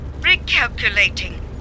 Recalculating